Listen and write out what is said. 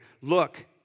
Look